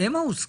הם העוסקים.